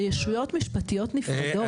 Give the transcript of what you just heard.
זה ישויות משפטיות נפרדות.